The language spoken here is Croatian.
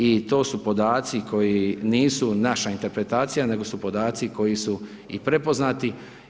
I to su podaci koji nisu naša interpretacija nego su podaci koji su i prepoznati.